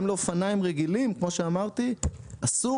גם לאופניים רגילים כמו שאמרתי אסור